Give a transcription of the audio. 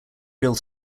real